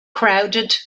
crowded